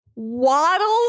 waddles